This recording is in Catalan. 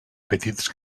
petits